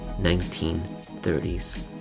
1930s